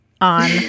on